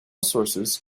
sources